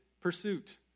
pursuit